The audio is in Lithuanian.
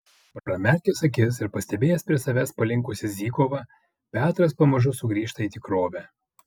pramerkęs akis ir pastebėjęs prie savęs palinkusį zykovą petras pamažu sugrįžta į tikrovę